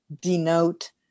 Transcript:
denote